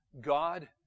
God